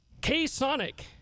K-Sonic